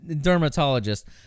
dermatologist